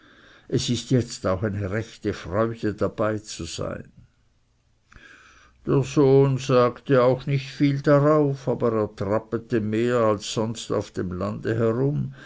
es ist jetzt auch eine rechte freude dabeizusein der sohn sagte auch nicht viel darauf aber er trappete mehr als sonst auf dem lande herum